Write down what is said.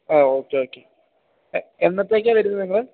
ആ okay okay എന്നത്തേക്കാണ് വരുന്നത് നിങ്ങൾ